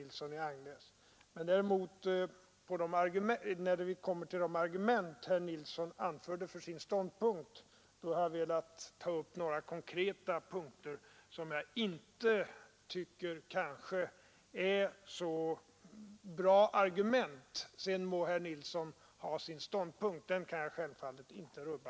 Däremot i fråga om de argument herr Nilsson anförde för sin ståndpunkt har jag velat ta upp några konkreta punkter som visar att det inte är så bra argument. Sedan må herr Nilsson ha sin ståndpunkt den kan jag självfallet inte rubba,